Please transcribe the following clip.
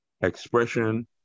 expression